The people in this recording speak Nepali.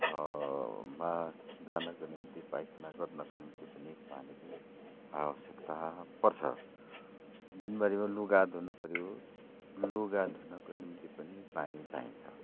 मा जानको निम्ति पाइखाना गर्नको निम्ति पनि पानीकै आवश्यकता पर्छ दिनभरिमा लुगा धुनुपऱ्यो लुगा धुनको निम्ति पनि पानी चाहिन्छ